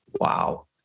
Wow